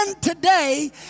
today